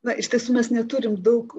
na iš tiesų mes neturim daug